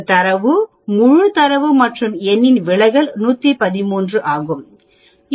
இந்த தரவு முழு தரவு மற்றும் n இன் விலகல் 113 ஆகும்